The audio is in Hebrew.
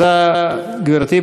תודה, גברתי.